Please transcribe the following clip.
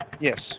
Yes